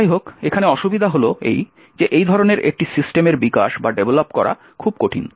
যাইহোক এখানে অসুবিধা হল এই যে এই ধরনের একটি সিস্টেম বিকাশ করা খুব কঠিন